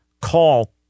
call